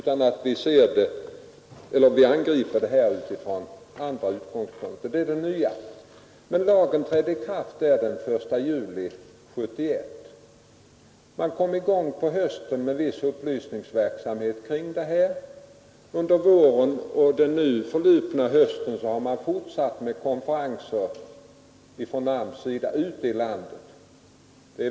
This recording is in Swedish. Lagarna trädde alltså i kraft den 1 juli 1971. Man kom i gång på hösten med viss upplysningsverksamhet kring detta. Under våren och den nu förflutna hösten har AMS fortsatt att anordna konferenser ute i landet.